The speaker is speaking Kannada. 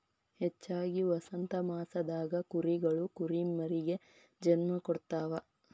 ಹೆಚ್ಚಾಗಿ ವಸಂತಮಾಸದಾಗ ಕುರಿಗಳು ಕುರಿಮರಿಗೆ ಜನ್ಮ ಕೊಡ್ತಾವ